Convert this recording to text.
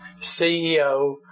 CEO